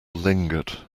lingered